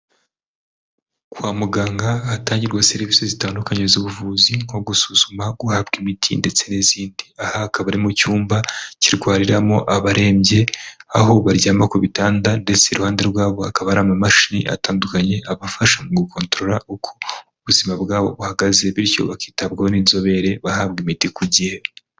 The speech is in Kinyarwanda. Kwa muganga hatangirwa serivisi zitandukanye z'ubuvuzi, nko gusuzuma, guhabwa imiti ndetse n'izindi. Aha akaba ari mu cyumba kirwariramo abarembye, aho baryama ku bitanda ndetse iruhande rwa bo hakaba hari amamashini atandukanye abafasha mu gukotorora uko ubuzima bwa bo buhagaze, bityo bakitabwaho n'inzobere bahabwa imiti ku gihe.